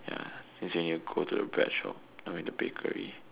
ya as in you go to the bread shop I mean the bakery